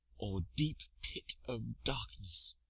or deep pit of darkness,